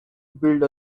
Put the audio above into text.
build